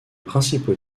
principaux